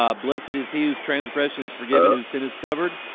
um blessed is he whose transgression is forgiven whose sin is covered?